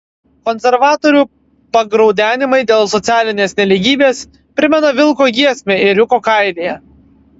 konservatorių pagraudenimai dėl socialinės nelygybės primena vilko giesmę ėriuko kailyje